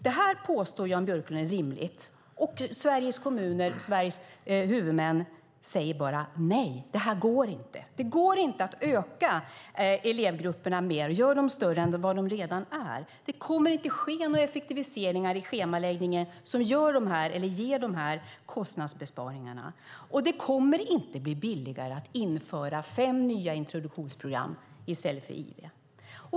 Jan Björklund påstår att detta är rimligt, men Sveriges kommuner - Sveriges huvudmän - säger att det inte går: Det går inte att öka elevgrupperna mer och göra dem större än de redan är. Det kommer inte att ske några effektiviseringar i schemaläggningen som ger dessa kostnadsbesparingar. Och det kommer inte att bli billigare att införa fem nya introduktionsprogram i stället för IV.